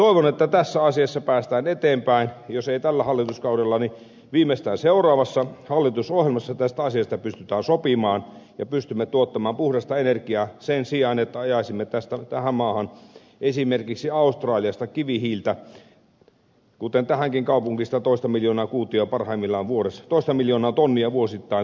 toivon että tässä asiassa päästään eteenpäin niin että jos ei tällä hallituskaudella niin viimeistään seuraavassa hallitusohjelmassa tästä asiasta pystytään sopimaan ja pystymme tuottamaan puhdasta energiaa sen sijaan että ajaisimme tähän maahan esimerkiksi australiasta kivihiiltä kuten tähänkin kaupunkiin sitä toista miljoonaa tonnia parhaimmillaan vuodessa tulee